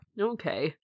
Okay